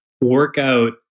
workout